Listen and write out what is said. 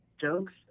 jokes